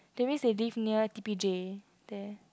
that means they live near T_P_J there